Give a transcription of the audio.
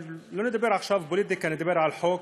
אבל לא נדבר עכשיו פוליטיקה, נדבר על חוק.